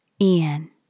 Ian